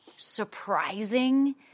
surprising